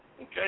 Okay